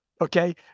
Okay